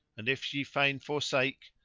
and if ye fain forsake,